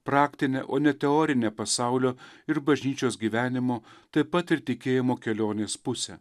praktinę o ne teorinę pasaulio ir bažnyčios gyvenimo taip pat ir tikėjimo kelionės pusę